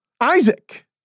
Isaac